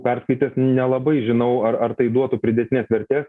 perskaitęs nelabai žinau ar ar tai duotų pridėtinės vertės